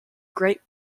great